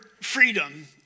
freedom